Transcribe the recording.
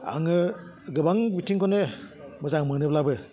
आङो गोबां बिथिंखौनो मोजां मोनोब्लाबो